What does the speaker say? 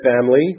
family